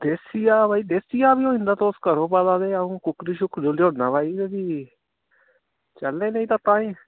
देसिया भाई देसिया बी होई दा तुस करो पता ते आ'ऊं कुक्कड़ू शुक्कड़ु लेओना भाई ते फ्ही चलने नेईं तां ताईं